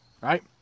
right